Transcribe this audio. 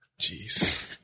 Jeez